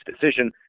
decision